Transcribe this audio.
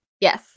Yes